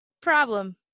problem